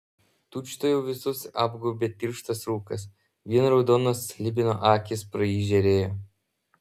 tučtuojau visus apgaubė tirštas rūkas vien raudonos slibino akys pro jį žėrėjo